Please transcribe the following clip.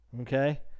Okay